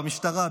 במשטרה,